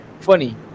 Funny